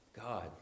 God